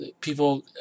People